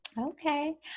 Okay